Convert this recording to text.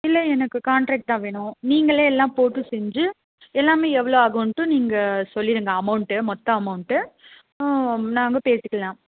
இல்லை எனக்கு காண்ட்ரக்ட் தான் வேணும் நீங்களே எல்லாம் போட்டு செஞ்சு எல்லாமே எவ்வளோ ஆகும்ன்ட்டு நீங்கள் சொல்லிடுங்க அமௌண்ட்டு மொத்த அமௌண்ட்டு நாங்கள் பேசிக்கலாம்